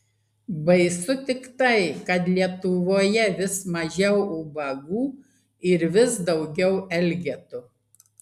baisu tik tai kad lietuvoje vis mažiau ubagų ir vis daugiau elgetų